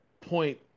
point